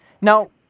Now